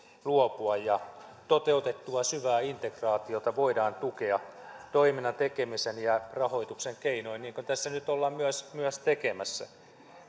luopua ja toteutettua syvää integraatiota voidaan tukea toiminnan tekemisen ja rahoituksen keinoin niin kuin tässä nyt ollaan myös myös tekemässä